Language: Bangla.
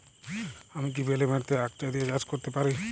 আমি কি বেলে মাটিতে আক জাতীয় চাষ করতে পারি?